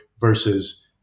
versus